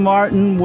Martin